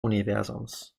universums